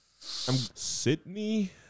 Sydney